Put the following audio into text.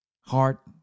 heart